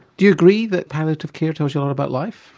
do you agree that palliative care tells you all about life?